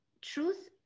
truth